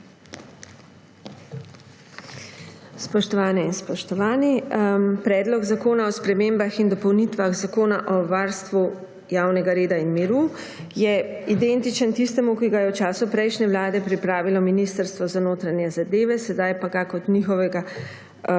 Spoštovane in spoštovani! Predlog zakona o spremembah in dopolnitvah Zakona o varstvu javnega reda in miru je identičen tistemu, ki ga je v času prejšnje vlade pripravilo Ministrstvo za notranje zadeve, sedaj pa ga je kot svojega